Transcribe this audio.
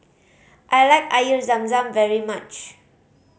I like Air Zam Zam very much